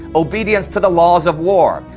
obedience to the laws of war.